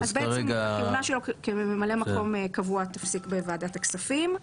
הכהונה שלו כממלא מקום קבוע תיפסק בוועדת הכספים.